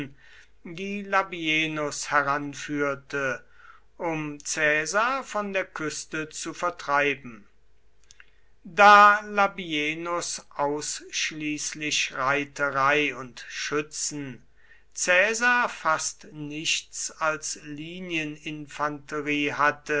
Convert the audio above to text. die labienus heranführte um caesar von der küste zu vertreiben da labienus ausschließlich reiterei und schützen caesar fast nichts als linieninfanterie hatte